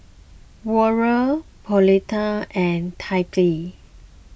Warner Pauletta and Tyree